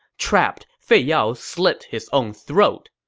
trapped, fei yao slit his own throat.